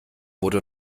wurde